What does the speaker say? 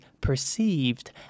perceived